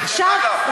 עכשיו,